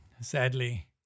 sadly